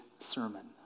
sermon